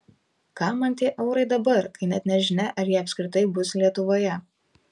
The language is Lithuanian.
kam man tie eurai dabar kai net nežinia ar jie apskritai bus lietuvoje